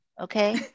okay